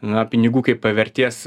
na pinigų kaip vertės